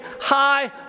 high